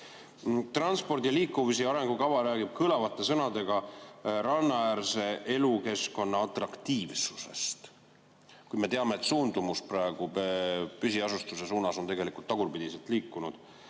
Transpordi ja liikuvuse arengukava räägib kõlavate sõnadega rannaäärse elukeskkonna atraktiivsusest. Kuid me teame, et suundumus praegu püsiasustuse suunas on tagurpidiselt liikunud,